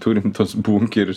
turim tuos bunkerius